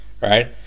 Right